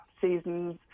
season's